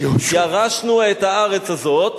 כי ירשנו את הארץ הזאת.